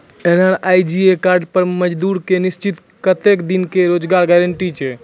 MNREGA card पर मजदुर के निश्चित कत्तेक दिन के रोजगार गारंटी छै?